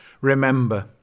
Remember